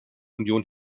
union